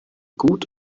gut